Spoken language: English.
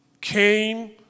came